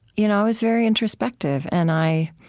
you know i was very introspective, and i